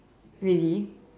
really